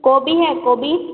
गोभी है गोभी